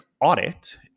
audit